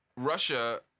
Russia